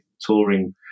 touring